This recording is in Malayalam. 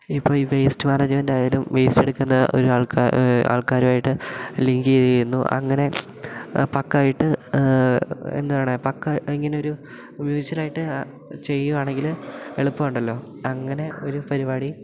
ഇപ്പ ഈ വേസ്റ്റ് മാനേജ്മെന്റായാലും വേസ്റ്റ് എടുക്കുന്ന ഒരോ ആൾക്ക ആൾക്കാരുമായിട്ട് ലിങ്ക് ചെയ്യുന്നു അങ്ങനെ പക്കായിട്ട് എന്താണ് പക്ക ഇങ്ങനൊരു മ്യൂച്ചലായിട്ട് ചെയ്യുകയാണെങ്കിൽ എളുപ്പമുണ്ടല്ലോ അങ്ങനെ ഒരു പരിപാടി